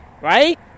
right